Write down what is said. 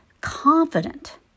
confident